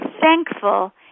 thankful